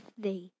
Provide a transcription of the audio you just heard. day